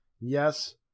Yes